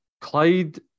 Clyde